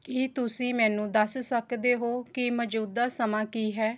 ਕੀ ਤੁਸੀਂ ਮੈਨੂੰ ਦੱਸ ਸਕਦੇ ਹੋ ਕਿ ਮੌਜੂਦਾ ਸਮਾਂ ਕੀ ਹੈ